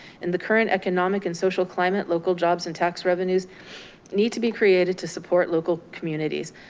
in the current economic and social climate, local jobs and tax revenues need to be created to support local communities.